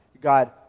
God